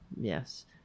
yes